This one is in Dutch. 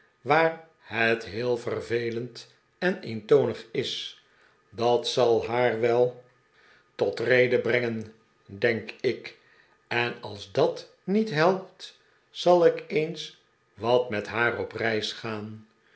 waar het heel vervelend en eentonig is dat zal haar wel tot wm mmm winkle in vrctolijk gezelschap xede brengen denk ikj en als dat met helpt zal ik eens wat met haar op reis gaan